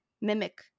mimic